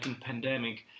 pandemic